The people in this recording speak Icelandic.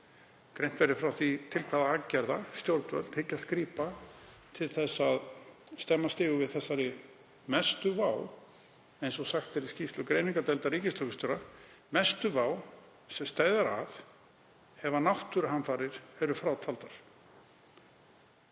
greint verður frá því til hvaða aðgerða stjórnvöld hyggjast grípa til að stemma stigu við þessari mestu vá, eins og sagt er í skýrslu greiningardeildar ríkislögreglustjóra, sem steðjar að ef náttúruhamfarir eru frátaldar.